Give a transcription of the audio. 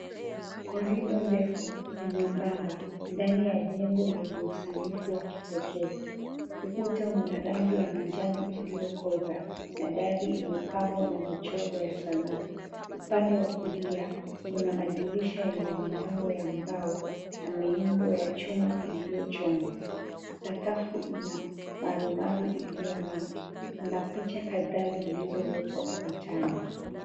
Corridor ndefu na nyebamba ndani ya jengo lenye usanifu wa kipekee, ukuta una rangi ya manjano uliyokoza na dari imepambwa na michoro ya sanaa, upande wa kulia kuna madirisha yenye milango ya mbao na miundo ya chuma iliyochoongwa sakafu ina marumaru iliyong'a na picha kadhaa zilizoekwa ukutani.